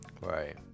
Right